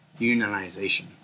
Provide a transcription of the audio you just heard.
unionization